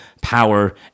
power